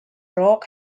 rock